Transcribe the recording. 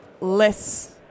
less